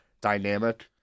dynamic